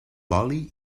oli